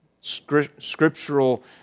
scriptural